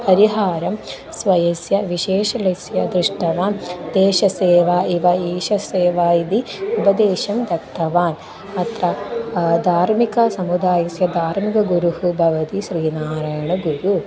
परिहारं स्वस्य विशेषस्य दृष्टवान् देशसेवा इव ईषसेवा इति उपदेशं दत्तवान् अत्र धार्मिक समुदायस्य धार्मिकगुरुः भवति श्रीनारायणगुरुः